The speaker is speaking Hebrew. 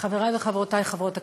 חברי וחברותי חברות הכנסת,